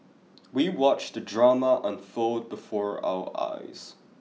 we watched the drama unfold before our eyes